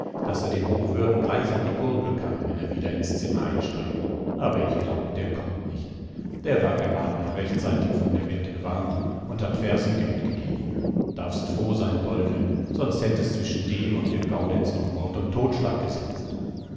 daß er dem hochwürden gleich an die gurgel kann wenn er wieder ins zimmer einsteigt aber ich glaub der kommt nicht der war gerad noch rechtzeitig von der mette gewarnt und hat fersengeld gegeben darfst froh sein poldl sonst hätt es zwischen dem und dem gaudenz noch mord und totschlag gesetzt